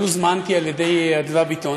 הוזמנתי על-ידי אדווה ביטון